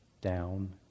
down